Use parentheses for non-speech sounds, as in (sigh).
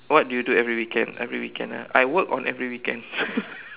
what do you do every weekend every weekend ah I work on every weekend (laughs)